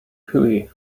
hooey